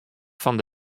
fan